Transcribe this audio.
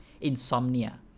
Insomnia